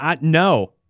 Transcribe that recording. No